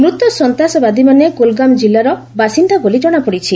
ମୃତ ସନ୍ତାସବାଦୀମାନେ କୁଲଗାମ୍ ଜିଲ୍ଲାର ବାସିନ୍ଦା ବୋଲି ଜଣାପଡ଼ିଛି